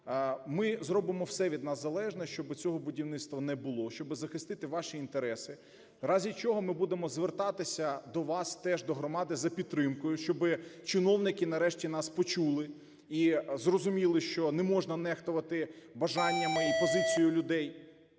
ми зробимо все від нас залежне, щоби цього будівництва не було, щоби захистити ваші інтереси. В разі чого ми будемо звертатися до вас теж, до громади за підтримкою, щоби чиновники нарешті нас почули і зрозуміли, що не можна нехтувати бажаннями і позицією людей,